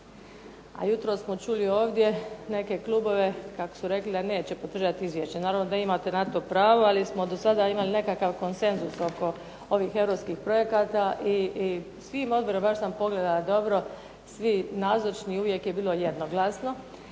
a jutros smo čuli ovdje neke klubove kako su rekli da neće podržati izvješća. Naravno da imate na to pravo, ali smo do sada imali nekakav konsenzus oko ovih europskih projekata i svim odborima, baš sam pogledala dobro, svi nazočni uvijek je bilo jednoglasno,